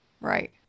Right